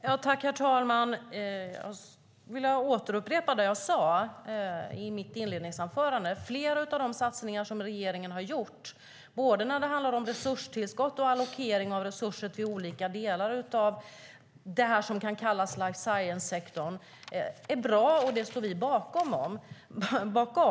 Herr talman! Jag skulle vilja upprepa det jag sade i mitt inledningsanförande. Flera av de satsningar som regeringen har gjort, både när det handlar om resurstillskott och när det handlar om allokering av resurser till olika delar av det som kan kallas life science-sektorn, är bra. Vi står bakom det.